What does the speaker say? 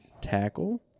tackle